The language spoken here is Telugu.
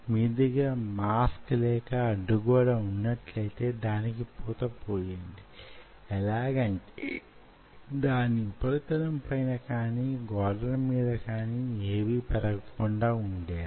మీ దగ్గర మాస్క్ లేక అడ్డుగోడ వున్నట్లయితే దానికి పూతపూయండి ఎలాగంటే దాని ఉపరితలం పైన కాని గోడల మీద కాని యేవీ పెరగకుండా వుండేలా